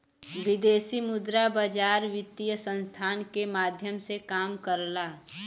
विदेशी मुद्रा बाजार वित्तीय संस्थान के माध्यम से काम करला